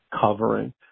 covering